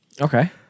Okay